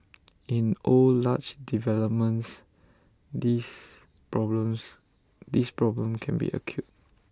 in old large developments this problems this problem can be acute